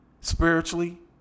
spiritually